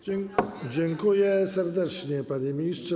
Dziękuję serdecznie, panie ministrze.